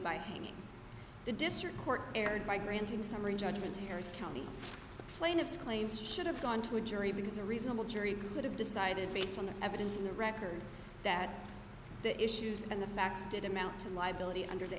by hanging the district court erred by granting summary judgment errors county the plaintiff's claims should have gone to a jury because a reasonable jury could have decided based on the evidence in the record that the issues and the facts did amount to liability under the